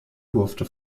durfte